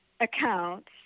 accounts